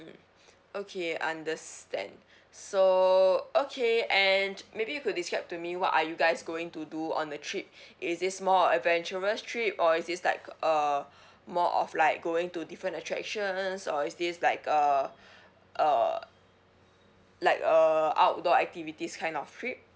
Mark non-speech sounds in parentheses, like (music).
mm (breath) okay understand (breath) so okay and maybe you could describe to me what are you guys going to do on the trip (breath) is this more a adventurous trip or is this like uh (breath) more of like going to different attractions or is this like uh (breath) uh like a outdoor activities kind of trip